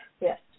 Yes